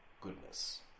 goodness